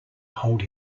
hold